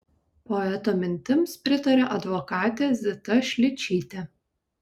poeto mintims pritarė advokatė zita šličytė